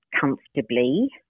comfortably